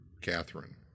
Catherine